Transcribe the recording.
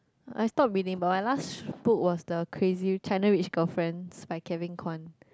I stopped reading but my last book was the crazy China-Rich-Girlfriend by Kevin-Kwan